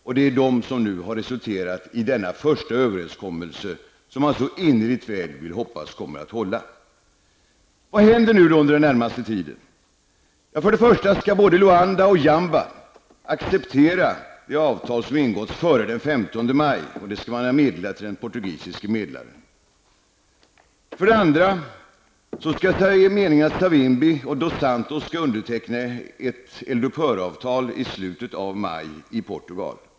Detta är dessa som nu har resulterat i denna första överenskommelse, som man så innerligt hoppas kommer att hålla. Men vad händer nu under den närmaste tiden? Jo, för det första skall både Luanda och Jamba acceptera de avtals om ingåtts före den 15 maj, och det skall man ha meddelat till den portugisiska medlaren. För det andra skall Savimbi och dos Santos underteckna ett eldupphöravtal i slutet av maj i Portugal.